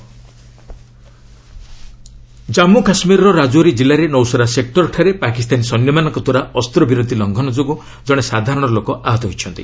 ceasefire ଭାଉଲେନ୍ନ ଜନ୍ମୁ କାଶ୍ମୀରର ରାଜୌରୀ ଜିଲ୍ଲାରେ ନୌସେରା ସେକୃରଠାରେ ପାକିସ୍ତାନୀ ସୈନ୍ୟମାନଙ୍କଦ୍ୱାରା ଅସ୍ତ୍ରବିରତି ଲଙ୍ଘନ ଯୋଗୁଁ ଜଣେ ସାଧାରଣ ଲୋକ ଆହତ ହୋଇଛନ୍ତି